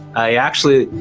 i actually,